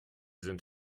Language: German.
sind